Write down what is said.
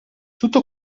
tutto